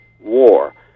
war